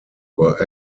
were